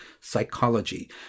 psychology